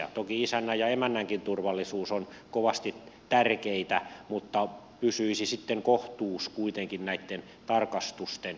toki isännän ja emännänkin turvallisuus on kovasti tärkeää mutta sitten pysyisi kohtuus kuitenkin näitten tarkastusten osalta